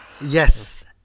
Yes